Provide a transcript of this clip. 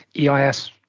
EIS